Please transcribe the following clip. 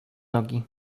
nogi